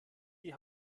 die